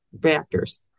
reactors